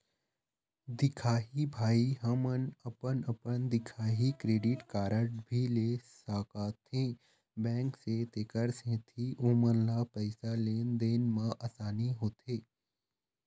दिखाही भाई हमन अपन अपन दिखाही क्रेडिट कारड भी ले सकाथे बैंक से तेकर सेंथी ओमन ला पैसा लेन देन मा आसानी होथे?